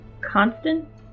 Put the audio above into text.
constant